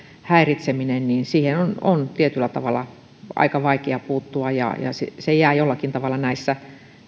häiritsemiseen on on tietyllä tavalla aika vaikea puuttua ja se se jää jollakin tavalla näissä